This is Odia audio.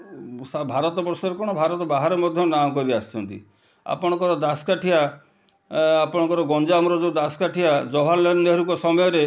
ଭାରତବର୍ଷରେ କ'ଣ ଭାରତ ବାହାରେ ମଧ୍ୟ ନାଁ କରିଆସିଛନ୍ତି ଆପଣଙ୍କର ଦାସକାଠିଆ ଆପଣଙ୍କର ଗଞ୍ଜାମର ଯେଉଁ ଦାସକାଠିଆ ଜବାହାରଲାଲ ନେହେରୁଙ୍କ ସମୟରେ